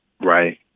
right